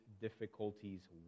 difficulties